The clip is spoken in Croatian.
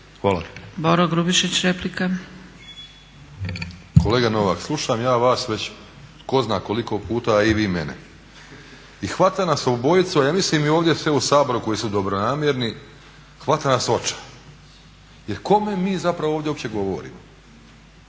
replika. **Grubišić, Boro (HDSSB)** Kolega Novak slušam ja vas već tko za koliko puta, a i vi mene i hvata nas obojicu, ja mislim i ovdje sve u Saboru koji su dobronamjerni hvata nas očaj jer kome mi zapravo ovdje govorimo?